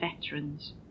veterans